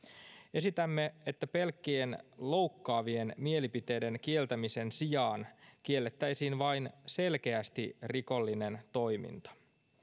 esitämme että pelkkien loukkaavien mielipiteiden kieltämisen sijaan kiellettäisiin vain selkeästi rikollinen toiminta